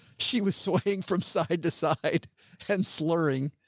she was swaying from side to side and slurring.